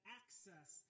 access